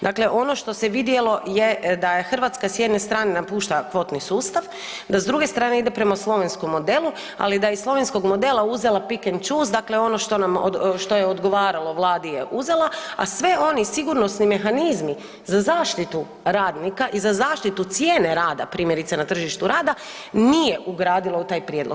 Dakle, ono što se vidjelo je da je Hrvatska s jedne strane napušta kvotni sustav, da s druge strane ide prema slovenskom modelu, ali da je iz slovenskog modela uzela pick and choose, dakle ono što je odgovaralo Vladi je uzela, a sve oni sigurnosni mehanizmi za zaštitu radnika i za zaštitu cijene rada primjerice na tržištu rada nije ugradila u taj prijedlog.